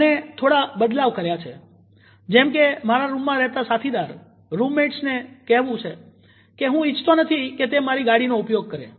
અને થોડા બદલાવ કર્યા છે જેમકે મારા રૂમમાં રહેતા સાથીદાર ને કહેવું કે હું ઈચ્છતો નથી કે તે મારી ગાડીનો ઉપયોગ કરે